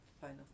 final